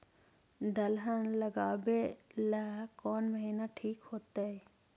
दलहन लगाबेला कौन महिना ठिक होतइ?